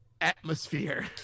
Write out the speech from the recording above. atmosphere